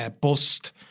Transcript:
bust